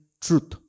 truth